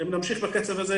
אם נמשיך בקצב הזה,